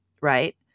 right